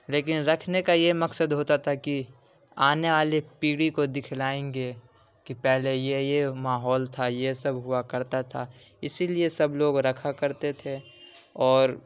لیکن رکھنے کا یہ مقصد ہوتا تھا کہ آنے والے پیڑھی کو دکھلائیں گے کہ پہلے یہ یہ ماحول تھا یہ سب ہوا کرتا تھا اسی لیے سب لوگ رکھا کرتے تھے اور